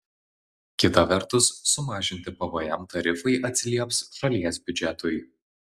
kita vertus sumažinti pvm tarifai atsilieps šalies biudžetui